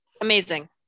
Amazing